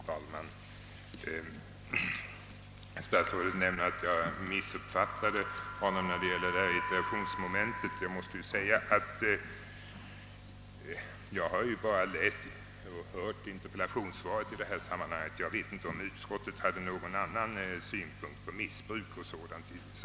Herr talman! Statsrådet sade att jag har missuppfattat honom när det gäller irritationsmomentet. Ja, jag har bara läst interpellationssvaret och lyssnat till statsrådet; jag vet inte om utskottet haft några andra synpunkter på frågan om missbruk.